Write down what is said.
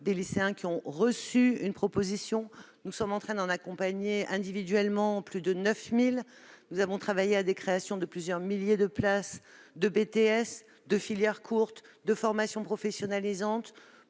des lycéens ont reçu une proposition, et nous sommes en train d'en accompagner individuellement plus de 9 000. Nous avons travaillé à la création de plusieurs milliers de places en BTS, en filières courtes, en formations professionnalisantes,